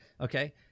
Okay